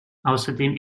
außerdem